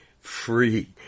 free